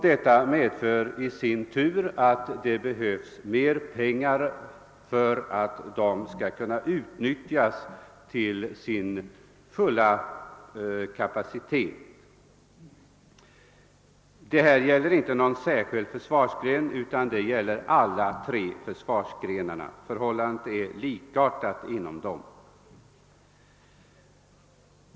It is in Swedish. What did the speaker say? Detta medför i sin tur att det behövs mer pengar för att de skall kunna utnyttjas till sin fulla kapacitet. Detta gäller inte någon särskild försvarsgren, utan förhållandet är likartat inom alla tre försvarsgrenarna.